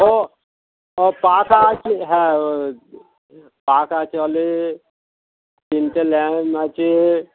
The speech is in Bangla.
ও ও পাকা আছে হ্যাঁ ও পাক আছে হলে তিনটে ল্যান্ড আছে